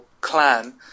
clan